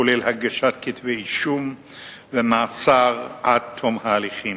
כולל הגשת כתבי אישום ומעצר עד תום ההליכים.